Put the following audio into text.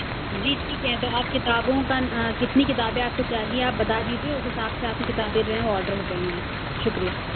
جی ٹھیک ہے تو آپ کتابوں کا کتنی کتابیں آپ کو چاہیے آپ بتا دیجیے اُس حساب سے آپ کی کتابیں جو ہیں وہ آڈر ہوجائیں گی شُکریہ